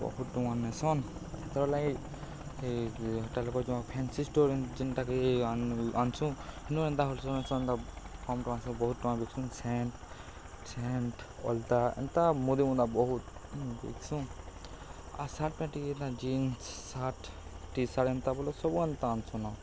ବହୁତ ଟଙ୍କା ନେସନ୍ ତା'ର୍ ଲାଗି ଏ ହୋଟେଲ୍ କରି ଯମା ଫେନ୍ସି ଷ୍ଟୋର ଯେନ୍ଟାକି ଆନ୍ସୁଁ ତେନୁ ଏନ୍ତା ହୋଲ୍ସେଲ୍ ନେସନ୍ତା କମ୍ ଟଙ୍କା ଆସ ବହୁତ ଟଙ୍କା ନେସନ୍ ସେଣ୍ଟ ସେଣ୍ଟ ଅଲତା ଏନ୍ତା ମୁଦି ମୁଦା ବହୁତ ବିକ୍ସୁଁ ଆର୍ ସାର୍ଟ ପାଇଁ ଟିକେ ଏନ୍ତା ଜିନ୍ସ ସାର୍ଟ ଟି ସାର୍ଟ ଏନ୍ତା ବୋଲେ ସବୁ ଏନ୍ତା ଆନ୍ସୁନ୍ ଆ